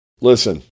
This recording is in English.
listen